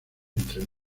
entre